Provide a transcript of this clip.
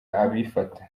abifata